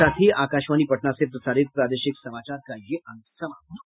इसके साथ ही आकाशवाणी पटना से प्रसारित प्रादेशिक समाचार का ये अंक समाप्त हुआ